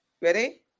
ready